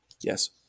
Yes